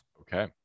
Okay